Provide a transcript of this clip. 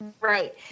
Right